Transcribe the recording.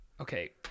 okay